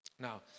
Now